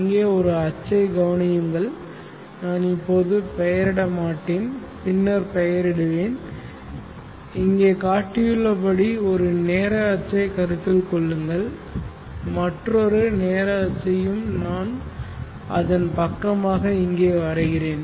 இங்கே ஒரு அச்சைக் கவனியுங்கள் நான் இப்போது பெயரிட மாட்டேன் பின்னர் பெயரிடுவேன் இங்கே காட்டியுள்ளபடி ஒரு நேர அச்சைக் கருத்தில் கொள்ளுங்கள் மற்றொரு நேர அச்சையும் நான் அதன் பக்கமாக இங்கே வரைகிறேன்